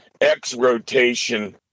X-Rotation